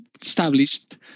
established